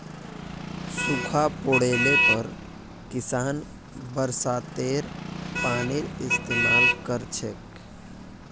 सूखा पोड़ले पर किसान बरसातेर पानीर इस्तेमाल कर छेक